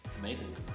amazing